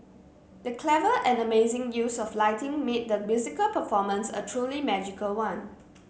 the clever and amazing use of lighting made the musical performance a truly magical one